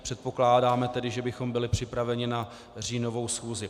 Předpokládáme tedy, že bychom byli připraveni na říjnovou schůzi.